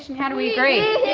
how do we agree?